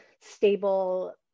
stable